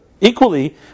equally